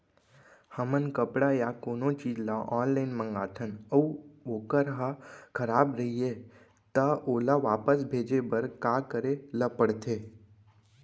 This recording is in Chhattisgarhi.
हमन कपड़ा या कोनो चीज ल ऑनलाइन मँगाथन अऊ वोकर ह खराब रहिये ता ओला वापस भेजे बर का करे ल पढ़थे?